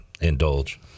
indulge